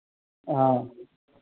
हाँ